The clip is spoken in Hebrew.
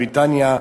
בריטניה,